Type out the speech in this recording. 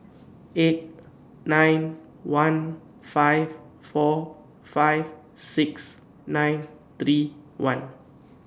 eight nine one five four five six nine three one